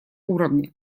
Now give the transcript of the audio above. уровне